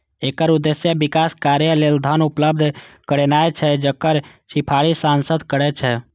एकर उद्देश्य विकास कार्य लेल धन उपलब्ध करेनाय छै, जकर सिफारिश सांसद करै छै